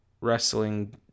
Wrestling